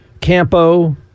Campo